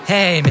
Hey